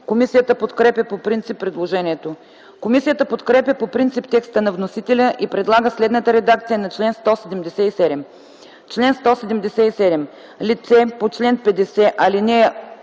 Комисията подкрепя по принцип предложението. Комисията подкрепя по принцип текста на вносителя и предлага следната редакция на чл. 198: „Чл. 198. (1) Който при съвместно